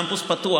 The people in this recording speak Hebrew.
הקמפוס פתוח.